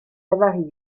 avaries